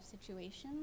situations